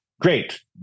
Great